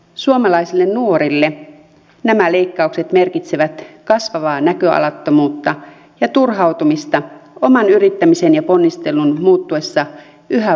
suomalaisille nuorille nämä leikkaukset merkitsevät kasvavaa näköalattomuutta ja turhautumista oman yrittämisen ja ponnistelun muuttuessa yhä vaikeammaksi